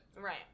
Right